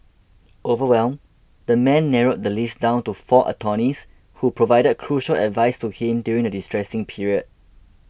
overwhelmed the man narrowed the list down to four attorneys who provided crucial advice to him during the distressing period